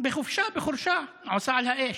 בחופשה בחורשה, עושה על האש,